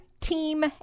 team